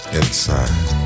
inside